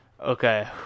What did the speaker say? Okay